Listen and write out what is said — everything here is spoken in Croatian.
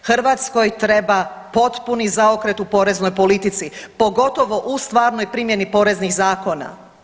Hrvatskoj treba potpuni zaokret u poreznoj politici pogotovo u stvarnoj primjeni poreznih zakona.